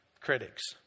critics